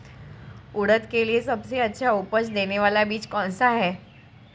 उड़द के लिए सबसे अच्छा उपज देने वाला बीज कौनसा है?